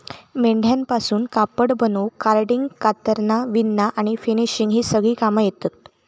मेंढ्यांपासून कापड बनवूक कार्डिंग, कातरना, विणना आणि फिनिशिंग ही सगळी कामा येतत